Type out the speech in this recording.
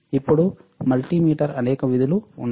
ఇప్పుడు మల్టిమీటర్పై అనేక విధులు ఉన్నాయి